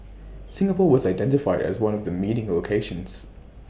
Singapore was identified as one of the meeting locations